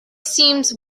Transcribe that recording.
seems